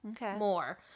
more